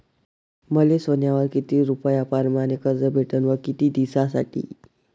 मले सोन्यावर किती रुपया परमाने कर्ज भेटन व किती दिसासाठी?